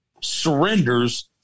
surrenders